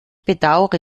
bedaure